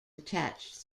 attached